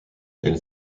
elle